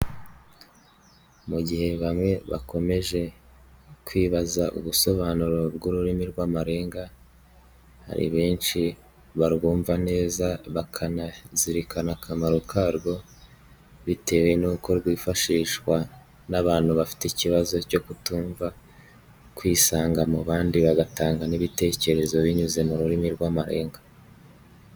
Mu gihe bamwe bakomeje, kwibaza ubusobanuro bw'ururimi rw'amarenga, hari benshi barwumva neza, bakanazirikana akamaro karwo, bitewe n'uko rwifashishwa n'abantu bafite ikibazo cyo kutumva, kwisanga mu bandi bagatanga n'ibitekerezo binyuze mu rurimi rw'amarenga.